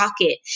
pocket